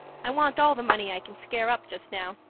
i want all the money i can scare up just now.